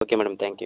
okay madam thank you